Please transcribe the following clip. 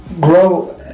grow